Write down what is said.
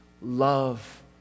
love